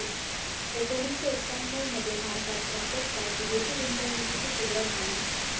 एकोणीसशे एक्याण्णव मध्ये भारतात प्रत्यक्षात विदेशी गुंतवणूकीची सुरूवात झाली